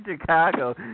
Chicago